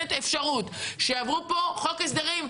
נותנת אפשרות שיעברו פה חוק ההסדרים,